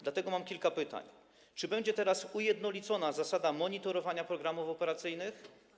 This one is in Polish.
Dlatego mam kilka pytań: Czy będzie teraz ujednolicona zasada monitorowania programów operacyjnych?